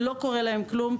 ולא קורה להם כלום,